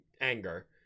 anger